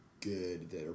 good